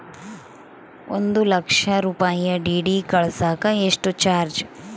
ಒಂದು ಲಕ್ಷ ರೂಪಾಯಿ ಡಿ.ಡಿ ಕಳಸಾಕ ಎಷ್ಟು ಚಾರ್ಜ್?